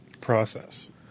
process